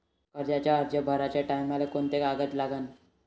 कर्जाचा अर्ज भराचे टायमाले कोंते कागद लागन?